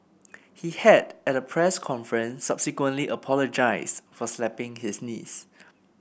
he had at a press conference subsequently apologised for slapping his niece